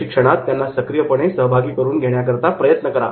प्रशिक्षणात त्यांना सक्रियपणे सहभागी करून घेण्याकरता प्रयत्न करा